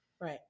Right